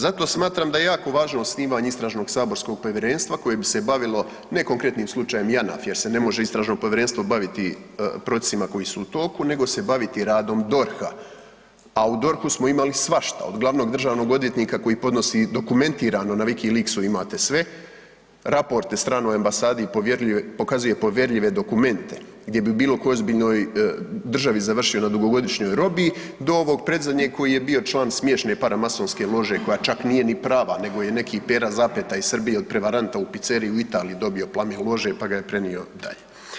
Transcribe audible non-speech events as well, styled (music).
Zato smatram da je jako važno osnivanje istražnog saborskog povjerenstva koje bi se bavilo ne konkretnim slučajem Janaf jer se ne može istražno povjerenstvo baviti procesima koji su u toku nego se baviti radom DORH-a a u DORH-u smo imali svašta, od glavnog državnog odvjetnika koji podnosi dokumentirano, na Wikileaksu imate sve raporte stranoj ambasadi i pokazuje povjerljive dokumente gdje bi u bilokojoj ozbiljnoj državi završio na dugogodišnjoj robiji, do ovog predzadnjeg koji je bio član smiješne paramasonske lože koja čak nije ni prava nego je neki Pera ... (unintelligible) iz Srbije od prevaranta u pizzeriji u Italiji dobio ... (unintelligible) lože pa ga je prenio dalje.